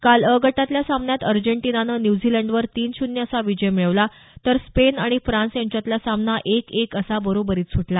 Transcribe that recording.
काल अ गटातल्या समान्यात अर्जेंटिनानं न्यूझीलंडवर तीन शून्य असा विजय मिळवला तर स्पेन आणि फ्रान्स यांच्यातला सामना एक एक असा बरोबरीत सुटला